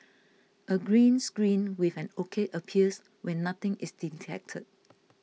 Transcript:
a green screen with an ok appears when nothing is detected